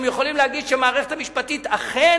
שהם יכולים להגיד שהמערכת המשפטית אכן